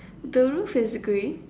the roof is grey